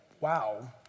wow